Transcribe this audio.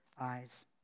eyes